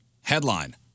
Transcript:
headline